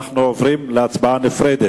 אנחנו עוברים להצבעה נפרדת.